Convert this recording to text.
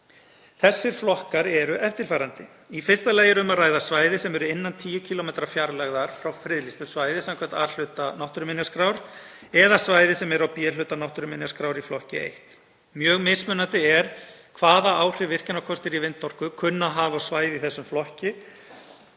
Þessir flokkar eru eftirfarandi: Í fyrsta lagi er um að ræða svæði sem eru innan 10 km fjarlægðar frá friðlýstu svæði samkvæmt A-hluta náttúruminjaskrár eða svæði sem eru á B-hluta náttúruminjaskrár í flokki 1. Mjög mismunandi er hvaða áhrif virkjunarkostir í vindorku kunna að hafa á svæði í þessum flokki